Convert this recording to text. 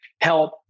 help